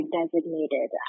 designated